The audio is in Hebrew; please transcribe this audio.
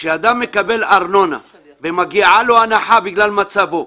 כשאדם מקבל ארנונה ומגיעה לו הנחה בגלל מצבו,